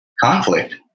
conflict